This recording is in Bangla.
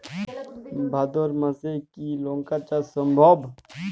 ভাদ্র মাসে কি লঙ্কা চাষ সম্ভব?